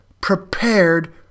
prepared